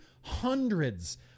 hundreds